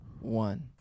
one